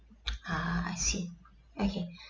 ah I see okay